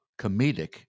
Comedic